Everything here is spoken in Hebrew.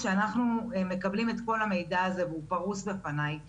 כשאנחנו מקבלים את כל המידע הזה אנחנו יכולים